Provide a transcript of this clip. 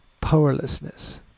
powerlessness